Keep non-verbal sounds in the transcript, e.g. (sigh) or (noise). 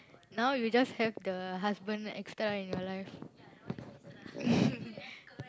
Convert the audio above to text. now you just have the husband extra in your life (laughs)